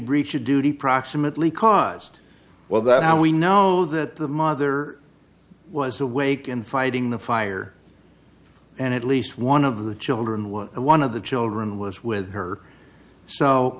breach of duty proximately caused well that how we know that the mother was awake in fighting the fire and at least one of the children and one of the children was with her so